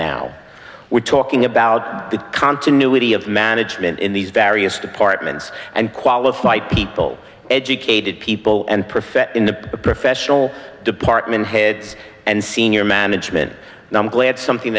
now we're talking about the continuity of management in these various departments and qualify people educated people and perfect in the professional department heads and senior management and i'm glad something